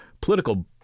political